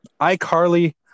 iCarly